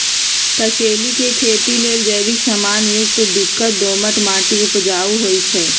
कसेलि के खेती लेल जैविक समान युक्त चिक्कन दोमट माटी उपजाऊ होइ छइ